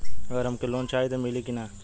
अगर हमके लोन चाही त मिली की ना?